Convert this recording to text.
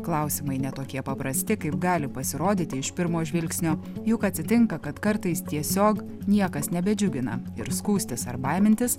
klausimai ne tokie paprasti kaip gali pasirodyti iš pirmo žvilgsnio juk atsitinka kad kartais tiesiog niekas nebedžiugina ir skųstis ar baimintis